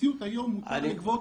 במציאות היום מותר לגבות.